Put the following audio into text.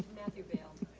matthew bailed.